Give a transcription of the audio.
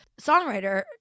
songwriter